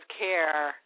care